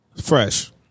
Fresh